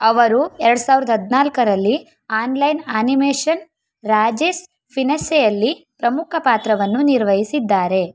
ಅವರು ಎರ್ಡು ಸಾವ್ರ್ದ ಹದ್ನಾಲ್ಕರಲ್ಲಿ ಆನ್ಲೈನ್ ಆನಿಮೇಷನ್ ರಾಜೇಶ್ ಫಿನೆಸ್ಸೆಯಲ್ಲಿ ಪ್ರಮುಖ ಪಾತ್ರವನ್ನು ನಿರ್ವಹಿಸಿದ್ದಾರೆ